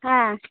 ꯍꯥ